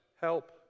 Help